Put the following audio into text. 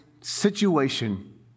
situation